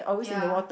ya